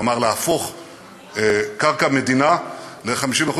כלומר, להפוך קרקע מדינה ל-50%.